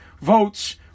votes